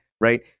right